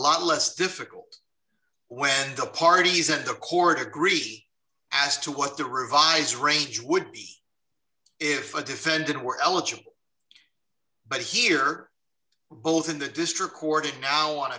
lot less difficult when the parties and the court agree as to what the revise range would be if a defendant were eligible but here both in the district court it now wan